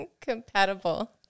Compatible